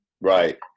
Right